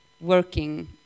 working